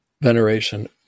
veneration